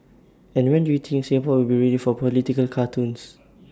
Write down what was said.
and when do you think Singapore will be ready for political cartoons